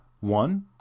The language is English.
One